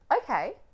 Okay